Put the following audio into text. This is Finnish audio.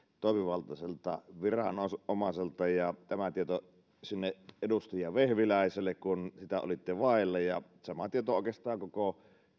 toimivaltaiselta viranomaiselta ja tämä tieto sinne edustaja vehviläiselle kun sitä olitte vailla ja sama tieto oikeastaan koko